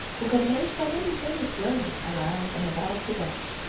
who had made so many famous journeys around and about tibet,